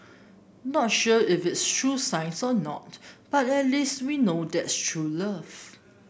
not sure if is true science or not but at least we know that's true love